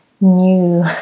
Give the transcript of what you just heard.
new